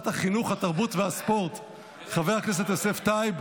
להוסיף, להוסיף את חבר הכנסת בצלאל.